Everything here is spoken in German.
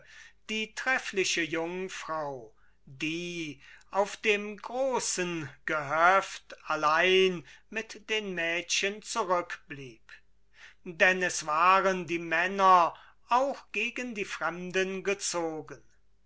die treffliche jungfrau die auf dem großen gehöft allein mit den mädchen zurückblieb denn es waren die männer auch gegen die fremden gezogen